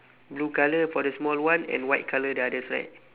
blue colour for the small one and white colour the others right